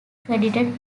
credited